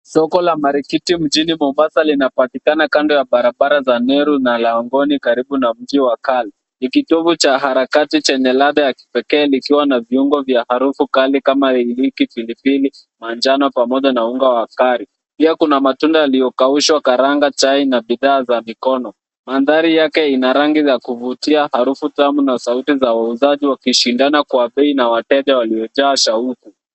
Soko la marikiti mjini Mombasa linapatikana kando ya barabara za neru na langoni karibu na mji wa kale ni kitovu cha harakati chenye ladha ya kipekee likiwa na viungo vya harufu kali kama iliki ,pilipili, manjano, pamoja na unga wa kali ,pia kuna matunda yaliyokaushwa karanga china na bidhaa za mikono mandhari yake ina rangi za kuvutia harufu tamu na sauti za wauzaji wa kishindana kwa bei na wateja waliojaa shauku.